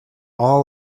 all